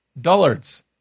dullards